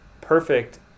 perfect